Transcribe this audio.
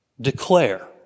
declare